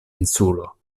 insulo